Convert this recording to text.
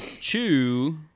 Chew